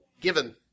given